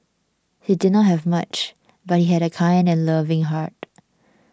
he did not have much but he had a kind and loving heart